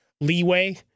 leeway